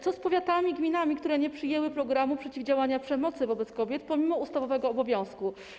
Co z powiatami, gminami, które nie przyjęły programu przeciwdziałania przemocy wobec kobiet, pomimo że mają ustawowy obowiązek?